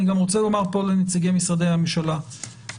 אני גם רוצה לומר כאן לנציגי משרדי הממשלה שהסיפור